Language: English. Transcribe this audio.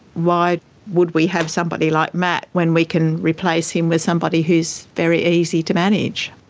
why would we have somebody like matt when we can replace him with somebody who's very easy to manage?